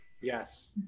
yes